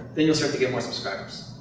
then you'll start to get more subscribers.